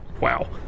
wow